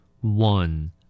One